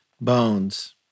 bones